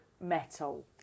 metal